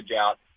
out